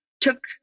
took